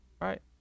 Right